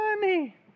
money